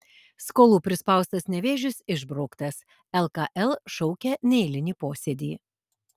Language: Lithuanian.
skolų prispaustas nevėžis išbrauktas lkl šaukia neeilinį posėdį